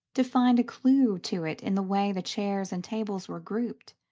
to find a clue to it in the way the chairs and tables were grouped,